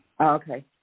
Okay